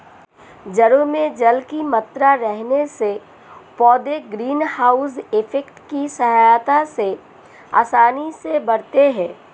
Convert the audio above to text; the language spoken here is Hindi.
जड़ों में जल की मात्रा रहने से पौधे ग्रीन हाउस इफेक्ट की सहायता से आसानी से बढ़ते हैं